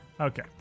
Okay